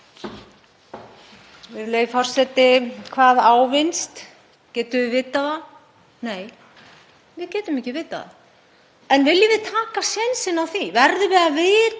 Virðulegi forseti. Hvað ávinnst? Getum við vitað það? Nei, við getum ekki vitað það. En viljum við taka sénsinn á því? Verðum við að vita